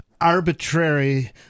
arbitrary